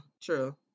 true